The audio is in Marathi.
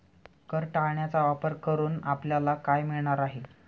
कर टाळण्याचा वापर करून आपल्याला काय मिळणार आहे?